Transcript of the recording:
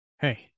Hey